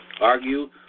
argue